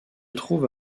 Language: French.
trouve